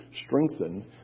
strengthened